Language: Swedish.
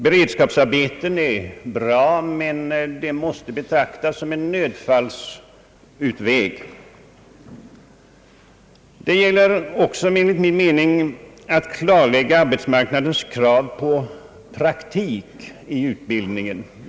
Beredskapsarbeten är bra, men de måste betraktas som en nödfallsutväg. Det gäller enligt min mening också att klarlägga arbetsmarknadens krav på praktik i utbildningen.